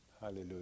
Hallelujah